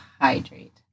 hydrate